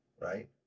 right